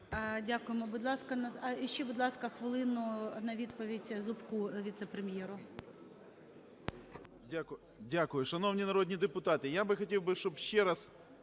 ласка… І ще, будь ласка, хвилину на відповідь Зубку, віце-прем'єру.